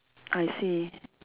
I see